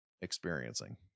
experiencing